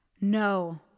No